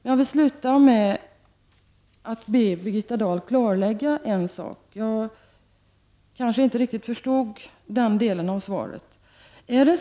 Jag vill avsluta mitt anförande med att be Birgitta Dahl klarlägga en sak. Jag kanske inte riktigt förstod en del av svaret.